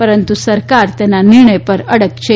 પરંતુ સરકાર તેના નિર્ણય પર અડગ છે